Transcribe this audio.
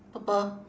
purple